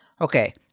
Okay